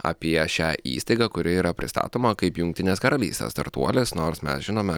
apie šią įstaigą kuri yra pristatoma kaip jungtinės karalystės startuolis nors mes žinome